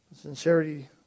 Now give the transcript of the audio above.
Sincerity